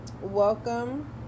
Welcome